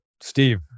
steve